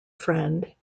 friend